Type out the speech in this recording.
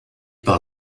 par